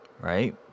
right